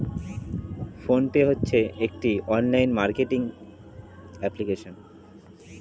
phone pay হচ্ছে একটি online marketing application